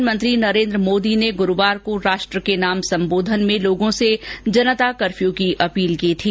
प्रधानमंत्री नरेन्द्र मोदी ने गुरुवार को राष्ट्र के नाम संबोधन में लोगों से जनता कर्फ्यू की अपील की थी